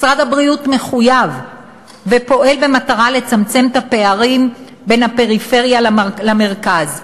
משרד הבריאות מחויב ופועל במטרה לצמצם את הפערים בין הפריפריה למרכז.